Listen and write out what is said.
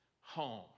home